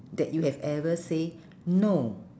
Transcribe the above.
that you have ever say no